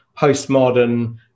postmodern